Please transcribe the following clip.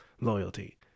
loyalty